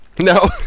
No